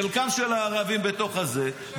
חלקם של הערבים בתוך הזה,